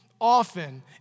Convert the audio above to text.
often